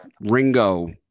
Ringo